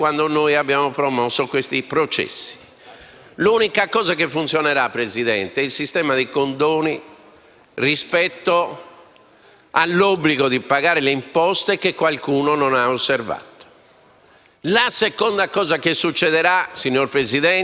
La seconda cosa che succederà, signor Presidente, è che chi ha pagato, chi ha svolto in modo pieno la propria funzione di cittadino contribuente,